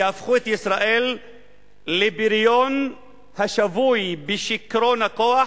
שהפכו את ישראל לבריון השבוי בשיכרון הכוח,